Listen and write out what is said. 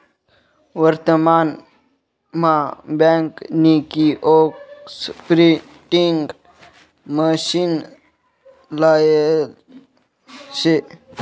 वर्तमान मा बँक नी किओस्क प्रिंटिंग मशीन लायेल शे